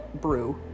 brew